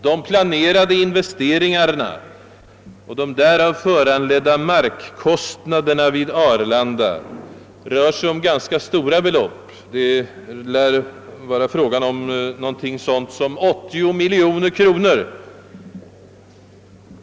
De planerade investeringarna och de därav föranledda markkostnaderna vid Arlanda rör sig om ganska stora belopp. Det lär vara fråga om någonting sådant som 80 miljoner kronor.